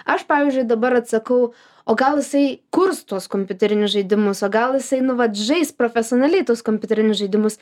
aš pavyzdžiui dabar atsakau o gal jisai kurs tuos kompiuterinius žaidimus o gal jisai nu vat žais profesionaliai tuos kompiuterinius žaidimus